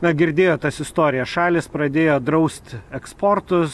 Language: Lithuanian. na girdėjot tas istorijas šalys pradėjo draust eksportus